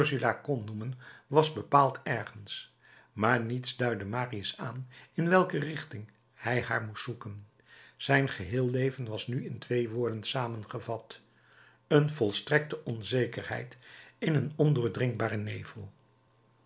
ursula kon noemen was bepaald ergens maar niets duidde marius aan in welke richting hij haar moest zoeken zijn geheel leven was nu in twee woorden samengevat een volstrekte onzekerheid in een ondoordringbaren nevel